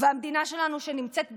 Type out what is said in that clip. והמדינה שלנו נמצאת בסכנה,